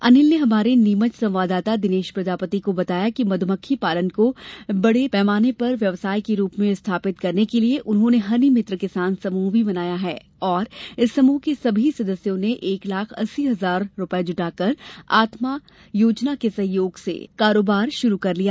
अनिल ने हमारे नीमच संवाददाता दिनेश प्रजापति को बताया कि मधमक्खी पालन को बडे पैमाने पर व्यवसाय के रूप में स्थापित करने के लिये उन्होंने हनी मित्र किसान समृह भी बनाया है और इस समृह के सभी सदस्यों ने एक लाख अस्सी हजार रूपये जुटाकर आत्मा परियोजना के सहयोग से कारोबार शुरू कर लिया